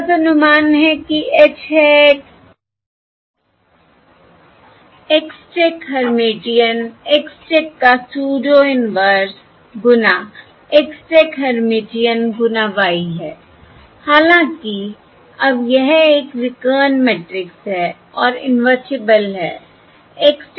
मेरे पास अनुमान है कि H hat X check Hermitian X check का स्यूडो इनवर्स गुना X चेक हेर्मिटियन गुना Y है हालांकि अब यह एक विकर्ण मैट्रिक्स है और इन्वेर्टिबल है